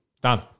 Done